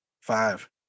Five